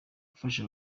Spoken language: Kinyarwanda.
gufasha